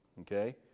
Okay